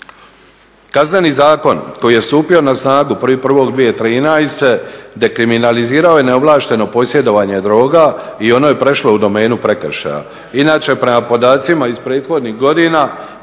Kazneni zakon koji je stupio na snagu 01.01.2013. dekriminalizirao je neovlašteno posjedovanje droga i ono je prešlo u domenu prekršaja. Inače prema podacima iz prethodnih godina,